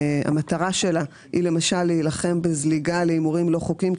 המטרה שלה היא למשל להילחם בזליגה להימורים לא חוקיים,